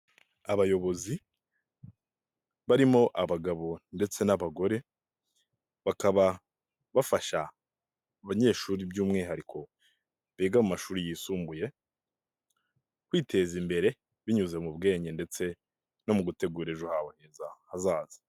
Abayobozi barimo abagabo ndetse n'abagore, bakaba bafasha abanyeshuri by'umwihariko biga mu mashuri yisumbuye, kwiteza imbere, binyuze mu bwenge ndetse no mu gutegura ejo habo heza hazaza.